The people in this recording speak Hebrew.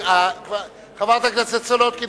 חברת הכנסת סולודקין,